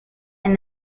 and